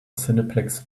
cineplex